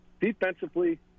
Defensively